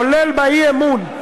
כולל באי-אמון,